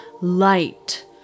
light